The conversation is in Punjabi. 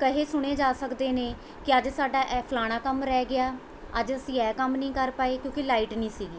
ਕਹੇ ਸੁਣੇ ਜਾ ਸਕਦੇ ਨੇ ਕਿ ਅੱਜ ਸਾਡਾ ਇਹ ਫਲਾਣਾ ਕੰਮ ਰਹਿ ਗਿਆ ਅੱਜ ਅਸੀਂ ਇਹ ਕੰਮ ਨਹੀਂ ਕਰ ਪਾਏ ਕਿਉਂਕਿ ਲਾਈਟ ਨਹੀਂ ਸੀਗੀ